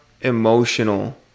emotional